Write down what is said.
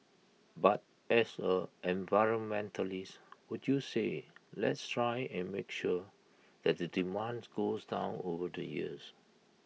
but as A environmentalist would you say let's try and make sure that the demands goes down over the years